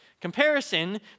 Comparison